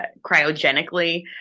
cryogenically